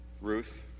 Ruth